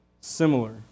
similar